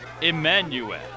Emmanuel